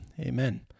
amen